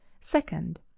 second